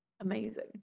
amazing